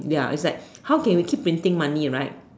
ya is like how can we keep printing money right